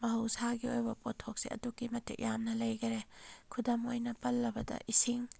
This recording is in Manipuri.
ꯃꯍꯧꯁꯥꯒꯤ ꯑꯣꯏꯕ ꯄꯣꯠꯊꯣꯛꯁꯦ ꯑꯗꯨꯛꯀꯤ ꯃꯇꯤꯛ ꯌꯥꯝꯅ ꯂꯩꯈꯔꯦ ꯈꯨꯗꯝ ꯑꯣꯏꯅ ꯄꯜꯂꯕꯗ ꯏꯁꯤꯡ